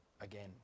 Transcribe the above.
again